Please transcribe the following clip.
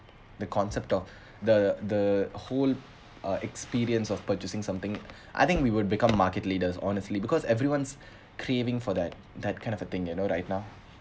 the concept of the the whole uh experience of purchasing something I think we will become market leaders honestly because everyone's craving for that that kind of thing you know right now